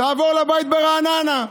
תעבור לבית ברעננה,